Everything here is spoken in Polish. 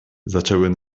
zaczęły